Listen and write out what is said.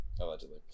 allegedly